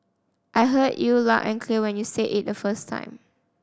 I heard you loud and clear when you said it the first time